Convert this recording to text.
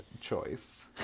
choice